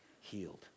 healed